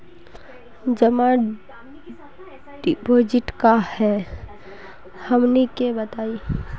जमा डिपोजिट का हे हमनी के बताई?